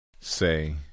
Say